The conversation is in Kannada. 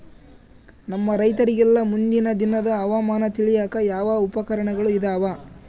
ನಮ್ಮ ರೈತರಿಗೆಲ್ಲಾ ಮುಂದಿನ ದಿನದ ಹವಾಮಾನ ತಿಳಿಯಾಕ ಯಾವ ಉಪಕರಣಗಳು ಇದಾವ?